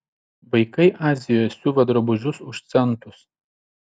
vaikai azijoje siuva drabužius už centus